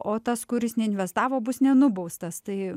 o tas kuris neinvestavo bus nenubaustas tai